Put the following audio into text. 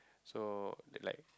so like